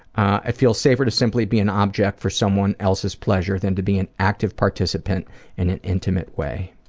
i feel safer to simply be an object for someone else's pleasure than to be an active participant in an intimate way.